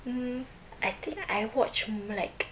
mm I think I watch mm like